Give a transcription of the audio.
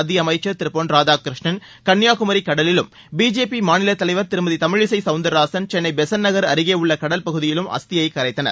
மத்திய அமைச்சர் திரு பொன் ராதாகிருஷ்ணன் கன்னியாகுமி கடலிலும் பிஜேபி மாநில தலைவா் திருமதி தமிழிசை சவுந்திரராஜன் சென்ளை பெசன்ட் நகா் அருகே உள்ள கடல் பகுதியிலும் அஸ்தியை கரைத்தனர்